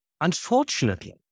Unfortunately